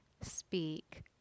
speak